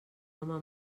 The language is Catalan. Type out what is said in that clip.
home